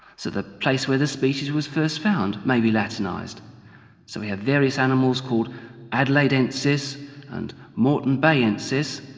so the place where the species was first found may be latinised so we have various animals called adelaidensis and moretonbayensis,